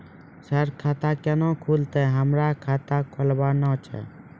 Sir खाता केना खुलतै, हमरा खाता खोलवाना छै?